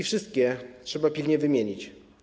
Wszystkie trzeba pilnie wymienić.